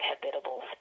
habitable